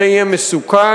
זה יהיה מסוכן,